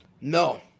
No